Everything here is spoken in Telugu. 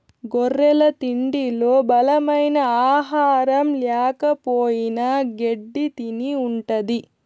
గొర్రెల తిండిలో బలమైన ఆహారం ల్యాకపోయిన గెడ్డి తిని ఉంటది